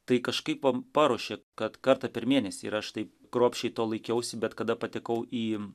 tai kažkaip va paruošė kad kartą per mėnesį ir aš taip kruopščiai to laikiausi bet kada patekau į